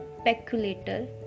speculator